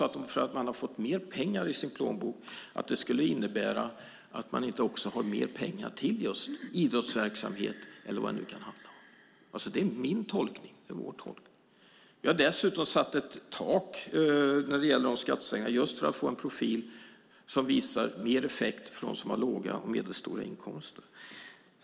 Att man har fått mer pengar i sin plånbok måste ju innebära att man också har mer pengar till idrottsverksamhet eller andra intressen. Det är min tolkning. Vi har dessutom satt ett tak för att skattesänkningarna ska ge mer effekt för dem som har låga och medelstora inkomster.